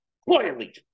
quietly